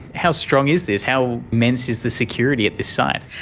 how strong is this, how immense is the security at this site?